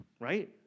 right